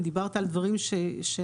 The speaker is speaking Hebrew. אם דיברת על דברים שאנחנו,